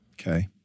Okay